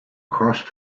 crossed